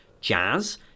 jazz